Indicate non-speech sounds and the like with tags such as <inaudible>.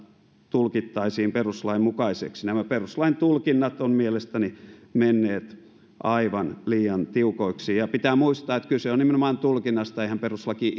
tulkittaisiin perustuslain mukaiseksi nämä perustuslain tulkinnat ovat mielestäni menneet aivan liian tiukoiksi pitää muistaa että kyse on nimenomaan tulkinnasta eihän perustuslaki <unintelligible>